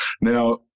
Now